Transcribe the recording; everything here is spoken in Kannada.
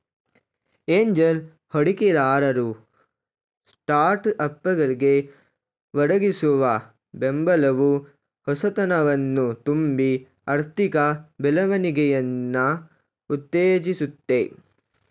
ಏಂಜಲ್ ಹೂಡಿಕೆದಾರರು ಸ್ಟಾರ್ಟ್ಅಪ್ಗಳ್ಗೆ ಒದಗಿಸುವ ಬೆಂಬಲವು ಹೊಸತನವನ್ನ ತುಂಬಿ ಆರ್ಥಿಕ ಬೆಳವಣಿಗೆಯನ್ನ ಉತ್ತೇಜಿಸುತ್ತೆ